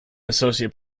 associate